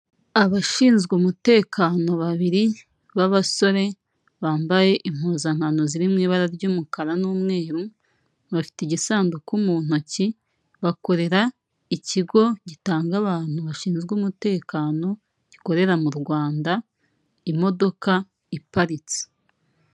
Abashinzwe umutekano babiri b'abasore, bambaye impuzankano ziri mu ibara ry'umukara n'umweru, bafite igisanduku mu ntoki, bakorera ikigo gitanga abantu bashinzwe umutekano gikorera mu Rwanda, imodoka iparitse.